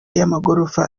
y’amagorofa